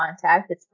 contact